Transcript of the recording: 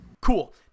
Cool